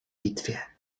bitwie